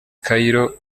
cairo